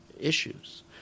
issues